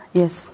yes